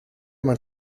man